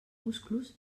musclos